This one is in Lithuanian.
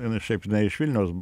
jinai šiaip jinai iš vilniaus